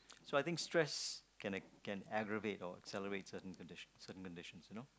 so think stress can can aggravate or accelerate certain conditions certain conditions you know